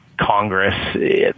Congress